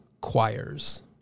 choirs